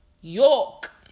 York